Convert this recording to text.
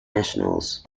nationals